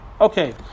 okay